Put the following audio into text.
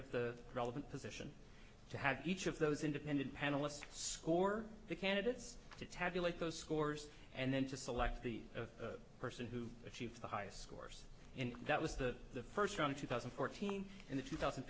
of the relevant position to have each of those independent panelists score the candidates to tabulate those scores and then to select the a person who achieved the highest scores and that was the first from two thousand and fourteen and the two thousand